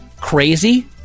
Crazy